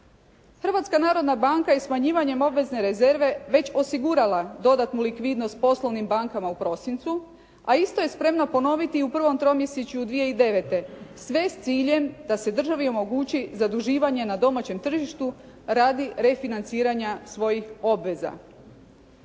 Hrvatska narodna banka je smanjivanjem obvezne rezerve već osigurala dodatnu likvidnost poslovnim bankama u prosincu, a isto je spremna ponoviti i u prvom tromesječju 2009., sve s ciljem da se državi omogući zaduživanje na domaćem tržištu radi refinanciranja svojih obveza.